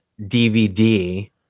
DVD